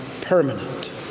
permanent